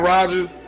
Rodgers